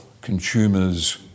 consumers